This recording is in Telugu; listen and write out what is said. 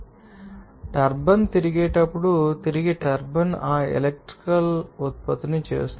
మరియు టర్బైన్ తిరిగేటప్పుడు తిరిగే టర్బైన్ ఆ ఎలక్ట్రికల్ తును ఉత్పత్తి చేస్తుంది